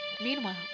Meanwhile